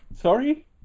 Sorry